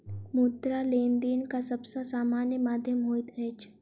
मुद्रा, लेनदेनक सब सॅ सामान्य माध्यम होइत अछि